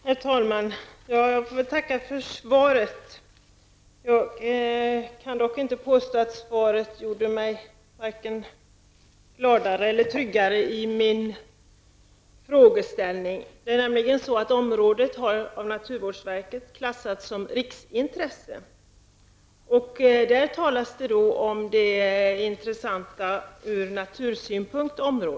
Herr talman! Jag får tacka för svaret. Jag kan dock inte påstå att svaret gjorde mig vare sig gladare eller tryggare i min frågeställning. Området har av naturvårdsverket klassats som riksintresse. Det talas då om det som i området är intressant ur naturvårdssynpunkt.